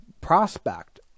prospect